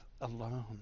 alone